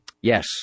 Yes